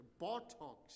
Botox